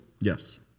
Yes